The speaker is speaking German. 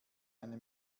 eine